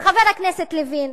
וחבר הכנסת לוין,